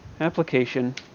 Application